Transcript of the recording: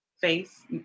face